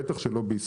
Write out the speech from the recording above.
בטח לא בישראל,